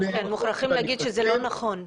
מוכרחים לומר שזה לא נכון.